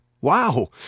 Wow